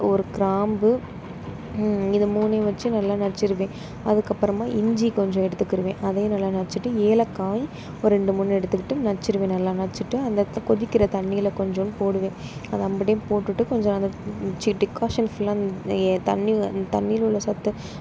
ஒரு கிராம்பு இது மூணையும் வச்சு நல்லா நச்சுருவேன் அதுக்கப்புறமா இஞ்சி கொஞ்சம் எடுத்துக்கிடுவேன் அதையும் நல்லா நச்சுட்டு ஏலக்காய் ஒரு ரெண்டு மூணு எடுத்துக்கிட்டு நச்சுருவேன் நல்லா நச்சுட்டு அந்த கொதிக்கிற தண்ணியில் கொஞ்சூண்டு போடுவேன் அதை அம்புட்டையும் போட்டுவிட்டு கொஞ்சம் அந்த டிக்காஷன் ஃபுல்லாக தண்ணி தண்ணியில் உள்ள சத்து